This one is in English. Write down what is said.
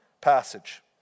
passage